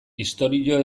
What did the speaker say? istorio